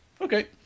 Okay